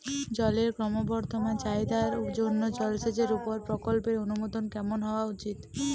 জলের ক্রমবর্ধমান চাহিদার জন্য জলসেচের উপর প্রকল্পের অনুমোদন কেমন হওয়া উচিৎ?